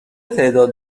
تعداد